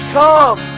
come